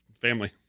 family